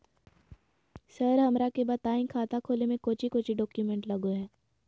Sir हमरा के बताएं खाता खोले में कोच्चि कोच्चि डॉक्यूमेंट लगो है?